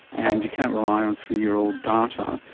and you can't rely on three-year-old data,